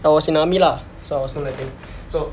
I was in army lah so I was moonlighting so